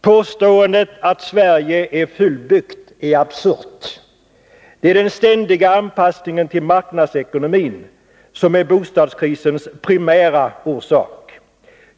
Påståendet att Sverige är fullbyggt är absurt. Det är den ständiga anpassningen till marknadsekonomin som är bostadskrisens primära orsak.